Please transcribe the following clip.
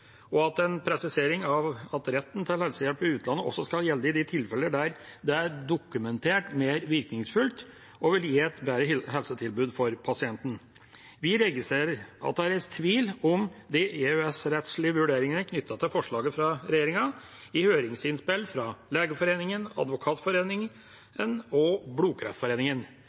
og at det presiseres at retten til helsehjelp i utlandet også skal gjelde i de tilfeller der det er dokumentert mer virkningsfullt og vil gi et bedre helsetilbud for pasienten. Vi registrerer at det er reist tvil om de EØS-rettslige vurderingene knyttet til forslaget fra regjeringa, i høringsinnspill fra Legeforeningen, Advokatforeningen og